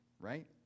right